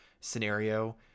scenario